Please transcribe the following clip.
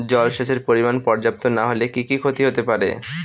জলসেচের পরিমাণ পর্যাপ্ত না হলে কি কি ক্ষতি হতে পারে?